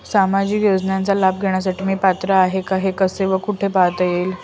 सामाजिक योजनेचा लाभ घेण्यास मी पात्र आहे का हे कसे व कुठे पाहता येईल?